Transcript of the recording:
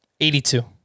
82